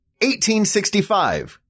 1865